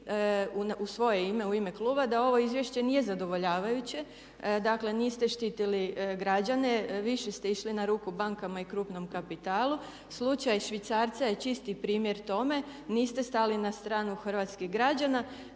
u svoje ime, u ime kluba da ovo izvješće nije zadovoljavajuće. Dakle, niste štitili građane, više ste išli na ruku bankama i krupnom kapitalu. Slučaj švicarca je čisti primjer tome. Niste stali na stranu hrvatskih građana.